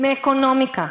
מאקונומיקה,